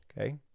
Okay